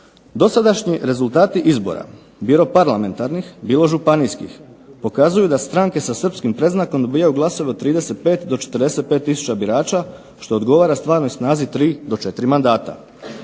Dosadašnji rezultati izbora, bilo parlamentarnih bilo županijskih, pokazuju da stranke sa srpskim predznakom dobivaju glasove od 35 do 45 tisuća birača što odgovara stvarnoj snazi 3 do 4 mandata.